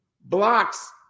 blocks